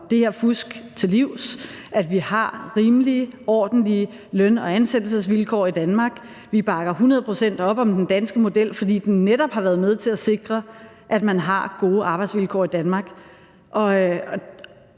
det her fusk til livs, at vi har rimelige, ordentlige løn- og ansættelsesvilkår i Danmark. Vi bakker hundrede procent op om den danske model, fordi den netop har været med til at sikre, at man har gode arbejdsvilkår i Danmark,